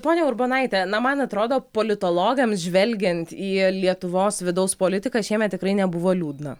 ponia urbonaite na man atrodo politologams žvelgiant į lietuvos vidaus politiką šiemet tikrai nebuvo liūdna